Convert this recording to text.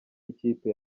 ikipe